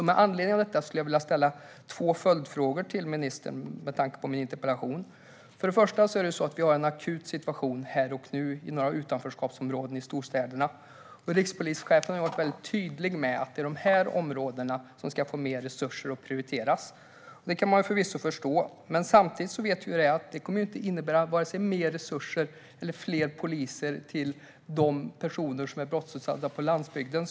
Med anledning av detta skulle jag vilja ställa två följdfrågor till ministern - med tanke på min interpellation. För det första har vi en akut situation här och nu i några utanförskapsområden i storstäderna. Rikspolischefen har varit väldigt tydlig med att det är de områdena som ska få mer resurser och prioriteras. Det kan man förvisso förstå, men samtidigt vet vi att det inte kommer att innebära vare sig mer resurser eller fler poliser när det gäller de personer som är brottsutsatta på landsbygden.